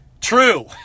true